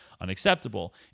unacceptable